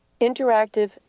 Interactive